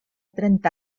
trenta